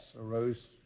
arose